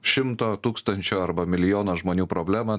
šimto tūkstančių arba milijono žmonių problemą